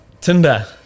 Tinder